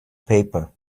paper